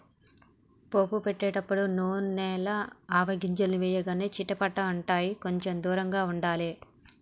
పోపు పెట్టేటపుడు నూనెల ఆవగింజల్ని వేయగానే చిటపట అంటాయ్, కొంచెం దూరంగా ఉండాలే